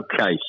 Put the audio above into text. Okay